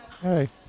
Hey